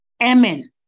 Amen